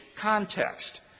context